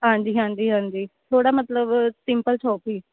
ਹਾਂਜੀ ਹਾਂਜੀ ਹਾਂਜੀ ਥੋੜ੍ਹਾ ਮਤਲਬ ਸਿੰਪਲ